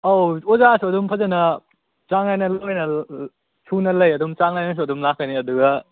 ꯑꯧ ꯑꯣꯖꯥꯁꯨ ꯑꯗꯨꯝ ꯐꯖꯅ ꯆꯥꯡ ꯅꯥꯏꯅ ꯂꯣꯏꯅ ꯁꯨꯅ ꯂꯩ ꯑꯗꯨꯝ ꯆꯥꯡ ꯅꯥꯏꯅꯁꯨ ꯑꯗꯨꯝ ꯂꯥꯛꯀꯅꯤ ꯑꯗꯨꯒ